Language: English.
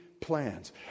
plans